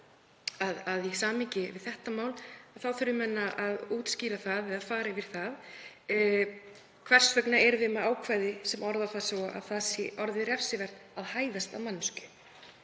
að í samhengi við þetta mál þurfi menn að útskýra eða fara yfir það hvers vegna við erum með ákvæði sem orðar það svo að það sé orðið refsivert að hæðast að manneskju.